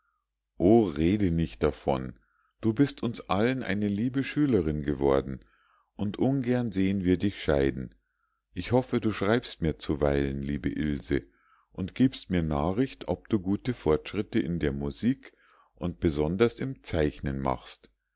rede nicht davon du bist uns allen eine liebe schülerin geworden und ungern sehen wir dich scheiden ich hoffe du schreibst mir zuweilen liebe ilse und giebst mir nachricht ob du gute fortschritte in der musik und besonders im zeichnen machst